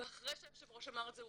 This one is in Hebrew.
אחרי שהיושב ראש אמר את זה,